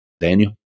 Daniel